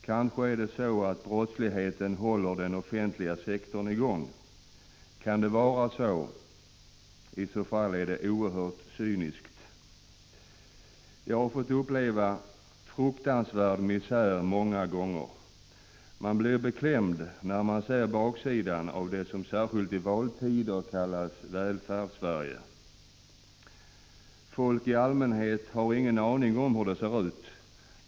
Kanske är det så att brottsligheten håller den offentliga sektorn igång?. Kan det vara så? I så fall är det oerhört cyniskt. ——— Jag har fått uppleva fruktansvärd misär, många gånger. Man blir beklämd när man ser baksidan av det som, särskilt i valtider, kallas Välfärdssverige. Folk i allmänhet har ingen aning om hur det ser ut.